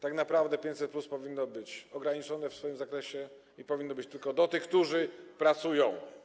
Tak naprawdę 500+ powinno być ograniczone w swoim zakresie i powinno być tylko dla tych, którzy pracują.